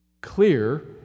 Clear